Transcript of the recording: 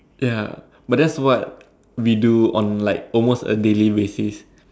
ya but that's what we do on like a daily basis